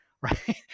Right